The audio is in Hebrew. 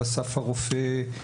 אסף הרופא.